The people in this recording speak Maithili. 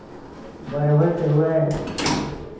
बढ़बैत हुए